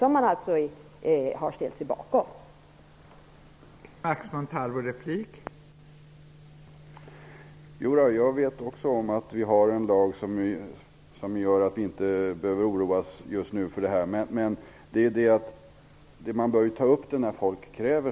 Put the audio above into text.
Max Montalvo hade ju ställt sig bakom den fastlagda planen.